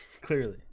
Clearly